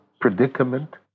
predicament